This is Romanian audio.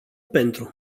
pentru